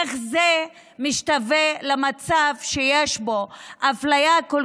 איך זה משתווה למצב שיש בו אפליה כל